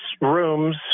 rooms